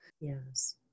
Yes